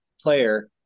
player